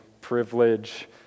privilege